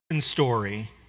story